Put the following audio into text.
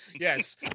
yes